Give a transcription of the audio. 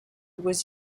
was